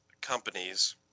companies